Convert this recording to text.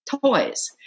toys